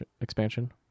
expansion